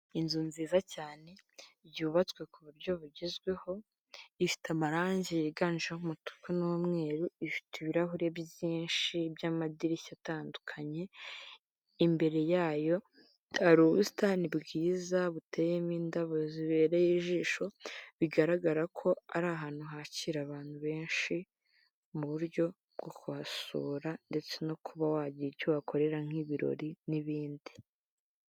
Inzu nziza cyane yubatswe ku buryo bugezweho ifite amarangi yiganjemo umutuku n'umweru, ifite ibirahuri byinshi by'amadirishya atandukanye imbere yayo hari ubusitani bwiza, buteyemo indabo zibereye ijisho bigaragara ko ari ahantu hakira abantu benshi, mu buryo bwo kuhasura ndetse no kuba wagira icyo wakorera nk'ibirori n'ibindi.